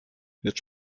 wird